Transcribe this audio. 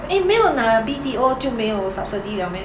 eh 没有拿 B_T_O 就没有 subsidy liao meh